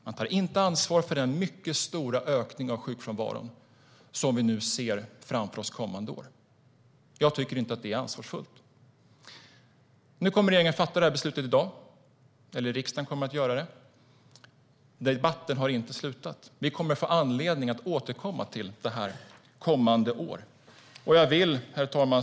Man tar inte ansvar för den mycket stora ökning av sjukfrånvaron vi ser framför oss kommande år. Jag tycker inte att det är ansvarsfullt. Nu kommer riksdagen att fatta beslut i dag. Debatten har inte slutat. Vi kommer att få anledning att återkomma till detta kommande år. Herr talman!